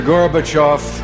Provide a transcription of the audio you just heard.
Gorbachev